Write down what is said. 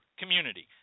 community